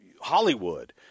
Hollywood